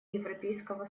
европейского